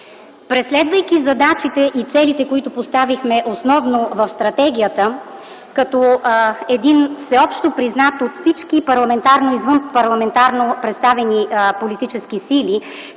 Преследвайки задачите и целите, които поставихме основно в стратегията – един всеобщо признат от всички парламентарно и извънпарламентарно представени политически сили